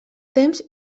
temps